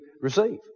receive